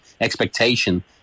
expectation